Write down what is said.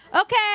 okay